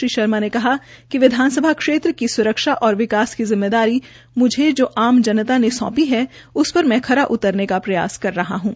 श्री शर्मा ने कहा कि विधानसभा क्षेत्र की सुरक्षा और विकास की जिम्मेदारी मुझे जो आम जनता ने सौंपी है उस पर मैं खरा उतरने का प्रयास कर रहा हूं